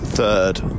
Third